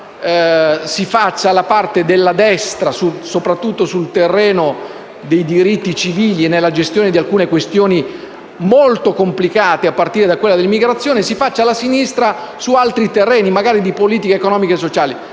faccia la parte della destra soprattutto sul terreno dei diritti civili e nella gestione di alcune questioni molto complicate, a partire da quella dell'immigrazione, e faccia la sinistra su altri terreni, magari di politica economica e sociale.